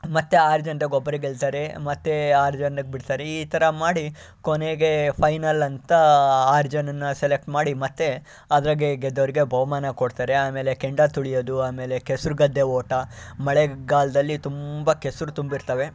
ಮತ್ತು ಆರು ಜನ್ರಾಗ ಒಬ್ಬರೇ ಗೆಲ್ತಾರೆ ಮತ್ತೆ ಆರು ಜನಕ್ಕೆ ಬಿಡ್ತಾರೆ ಈ ಥರ ಮಾಡಿ ಕೊನೆಗೆ ಫೈನಲ್ ಅಂತ ಆರು ಜನನ ಸೆಲೆಕ್ಟ್ ಮಾಡಿ ಮತ್ತೆ ಅದರಾಗೆ ಗೆದ್ದವ್ರಿಗೆ ಬಹುಮಾನ ಕೊಡ್ತಾರೆ ಆಮೇಲೆ ಕೆಂಡ ತುಳಿಯೋದು ಆಮೇಲೆ ಕೆಸ್ರು ಗದ್ದೆ ಓಟ ಮಳೆಗಾಲದಲ್ಲಿ ತುಂಬ ಕೆಸ್ರು ತುಂಬಿರ್ತವೆ